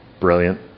Brilliant